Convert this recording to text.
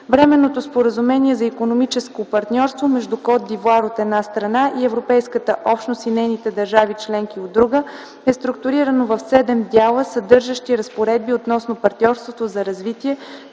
Временното споразумение за икономическо партньорство между Кот д’Ивоар, от една страна, и Европейската общност и нейните държави членки, от друга, е структурирано в седем дяла, съдържащи разпоредби относно партньорството за развитие,